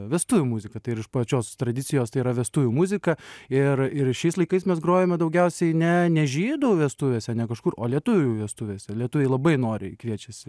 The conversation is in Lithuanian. vestuvių muziką tai ir iš pačios tradicijos tai yra vestuvių muzika ir ir šiais laikais mes grojame daugiausiai ne ne žydų vestuvėse ne kažkur o lietuvių vestuvėse lietuviai labai noriai kviečiasi